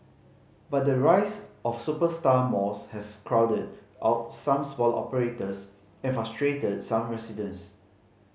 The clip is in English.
but the rise of superstar malls has crowded out some smaller operators and frustrated some residents